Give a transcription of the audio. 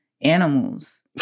animals